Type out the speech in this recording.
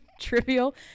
trivial